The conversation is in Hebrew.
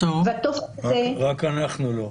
והטופס הזה --- רק אנחנו לא.